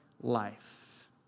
life